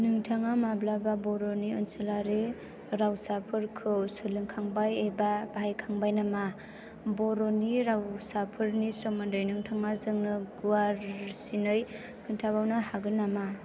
नोंथाङा माब्लाबा बर'नि ओनसोलारि रावसाफोरखौ सोलोंखांबाय एबा बाहायखांबाय नामा बर'नि रावसाफोरनि सोमोन्दोयै नोंथाङा जोंनो गुवारसिनै खिन्थाबावनो हागोन नामा